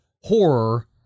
horror